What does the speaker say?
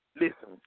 Listen